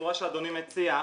בצורה שאדוני מציע,